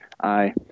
Aye